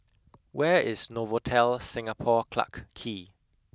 where is Novotel Singapore Clarke Quay